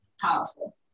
powerful